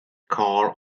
call